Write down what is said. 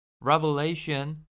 Revelation